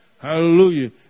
Hallelujah